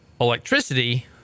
electricity